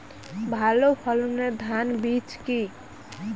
ভালো ফলনের ধান বীজ কি?